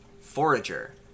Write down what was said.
forager